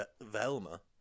Velma